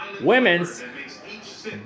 women's